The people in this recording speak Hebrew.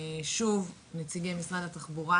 שוב נציגי משרד התחבורה